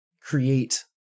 create